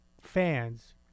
fans